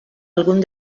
algun